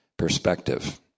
Perspective